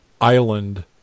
island